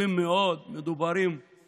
מתחייב לשמור אמונים למדינת ישראל ולחוקיה,